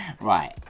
Right